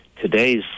today's